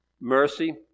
Mercy